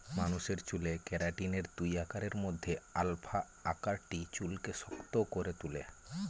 মানুষের চুলে কেরাটিনের দুই আকারের মধ্যে আলফা আকারটি চুলকে শক্ত করে তুলে